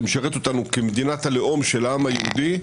זה משרת אותנו כמדינת הלאום של העם היהודי,